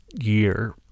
year